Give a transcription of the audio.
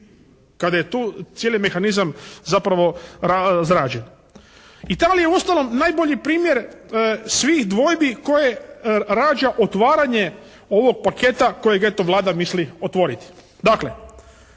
kada je tu cijeli mehanizam zapravo razrađen. I temeljem … /Ne razumije se./ … najbolji primjer svih dvojbi koje rađa otvaranje ovog paketa kojeg eto Vlada misli otvoriti. Dakle